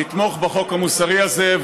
לתמוך בחוק המוסרי הזה,